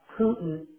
Putin